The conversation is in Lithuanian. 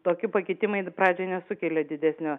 tokie pakitimai pradžioj nesukelia didesnio